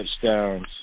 touchdowns